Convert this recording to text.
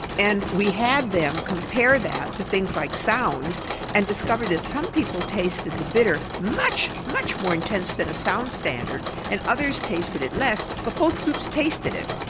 and we had them compare that to things like sound and discovered that some people tasted the bitter much much more intensely than a sound standard and others tasted it less but both groups tasted it.